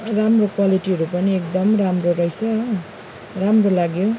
राम्रो क्वालिटीहरू पनि एकदम राम्रो रहेछ हो राम्रो लाग्यो